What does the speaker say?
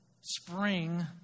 spring